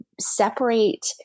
separate